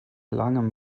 langem